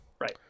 Right